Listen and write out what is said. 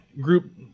group